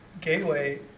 gateway